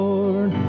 Lord